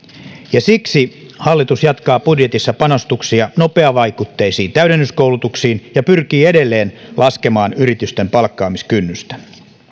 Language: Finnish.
ja siksi hallitus jatkaa budjetissa panostuksia nopeavaikutteisiin täydennyskoulutuksiin ja pyrkii edelleen laskemaan yritysten palkkaamiskynnystä